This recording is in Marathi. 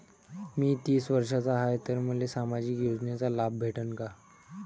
मी तीस वर्षाचा हाय तर मले सामाजिक योजनेचा लाभ भेटन का?